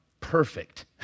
perfect